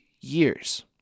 years